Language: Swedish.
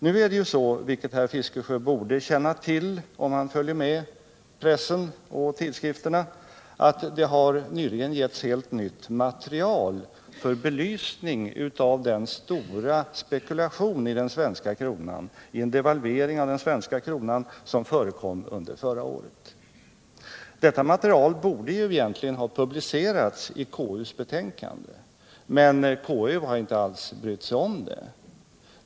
Nu är det så — vilket Bertil Fiskesjö borde känna till, om han följer med i press och tidskrifter — att det för en kort tid sedan utgavs ett helt nytt material för belysning av den stora spekulation i en devalvering av den svenska kronan som förekom under förra året. Detta material borde ha publicerats i KU:s betänkande, men KU har inte alls brytt sig om det.